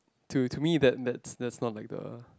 to to me that's that's that's not like the